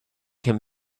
him